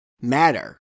matter